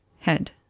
head